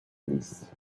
lys